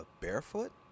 Barefoot